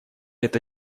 это